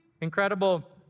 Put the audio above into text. Incredible